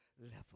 level